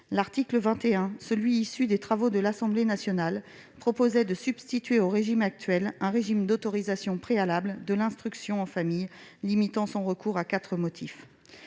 L'article 21, dans la rédaction issue des travaux de l'Assemblée nationale, prévoyait de substituer au régime actuel un régime d'autorisation préalable de l'instruction en famille limitant son recours à quatre motifs.